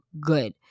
good